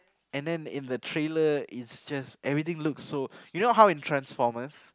and then in the trailer is just everything looks so you know how in transformers